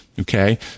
Okay